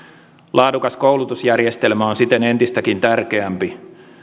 laadukas koulutusjärjestelmä on siten entistäkin tärkeämpi